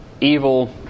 evil